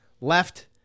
left